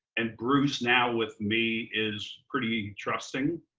and bruce now with me is pretty trusting,